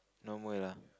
normal lah